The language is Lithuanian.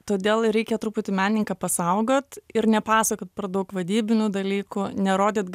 todėl reikia truputį menininką pasaugot ir nepasakot per daug vadybinių dalykų nerodyt